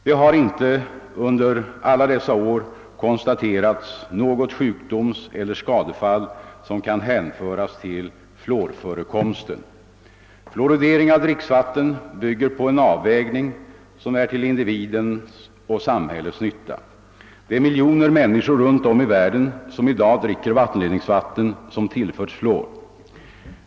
Det har inte under alla dessa år konstaterats något sjukdomseller skadefall som kan hänföras till fluorförekomsten. Fluoridering av dricksvatten bygger på en avvägning som är till individens och samhällets nytta. Det är miljoner människor runt om i världen som i dag dricker vattenledningsvatten som tillförts fluor.